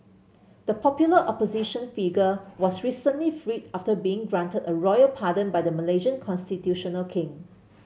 the popular opposition figure was recently freed after being granted a royal pardon by the Malaysian constitutional king